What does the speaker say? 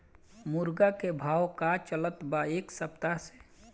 मुर्गा के भाव का चलत बा एक सप्ताह से?